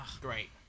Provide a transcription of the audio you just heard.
great